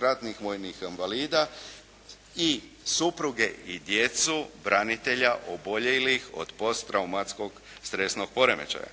ratnih vojnih invalida i supruge i djecu branitelja oboljelih od posttraumatskog stresnog poremećaja.